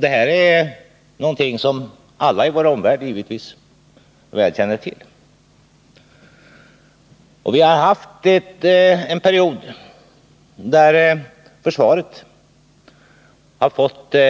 Det här är någonting som alla i vår omvärld givetvis väl känner till. Under en period har försvaret